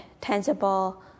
tangible